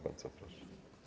Bardzo proszę.